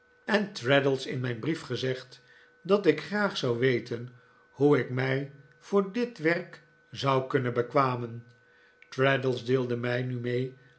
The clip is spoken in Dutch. en traddles in mijn brief gezegd dat ik graag zou weten hoe ik mij voor dit werk zou kunnen bekwamen traddles deelde mij nu mee